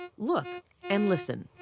look and listen.